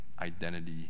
identity